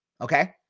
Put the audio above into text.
okay